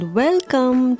welcome